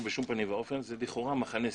בשום פנים ואופן זה לכאורה מחנה סירקין.